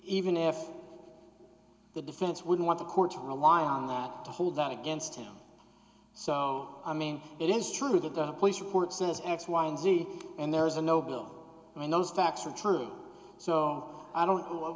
even if the defense would want to court to rely on that to hold that against him so i mean it is true that the police report says x y and z and there's a no bill when those facts are true so i don't know